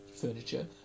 furniture